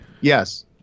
Yes